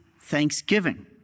thanksgiving